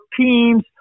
teams